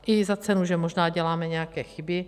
I za cenu, že možná děláme nějaké chyby.